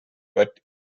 but